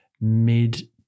mid